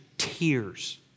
tears